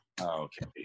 Okay